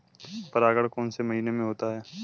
परागण कौन से महीने में होता है?